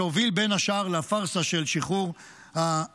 שהוביל בין השאר לפארסה של שחרור האסירים,